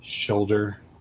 shoulder